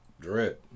Dread